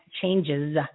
changes